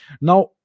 Now